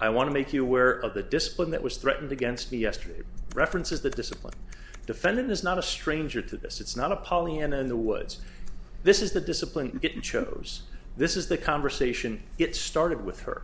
i want to make you aware of the discipline that was threatened against me yesterday references the discipline defendant is not a stranger to this it's not a pollyanna in the woods this is the discipline to get in shows this is the conversation it started with her